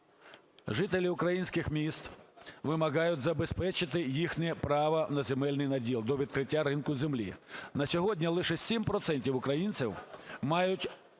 Жителі українських міст вимагають забезпечити їхнє право на земельний наділ, до відкриття ринку землі. На сьогодні лише 7 процентів українців мають